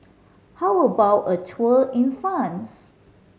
how about a tour in France